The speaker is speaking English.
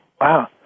Wow